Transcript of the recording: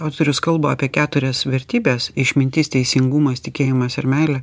autorius kalba apie keturias vertybes išmintis teisingumas tikėjimas ir meilė